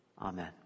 Amen